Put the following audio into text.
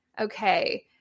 Okay